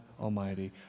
Almighty